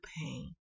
pain